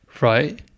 Right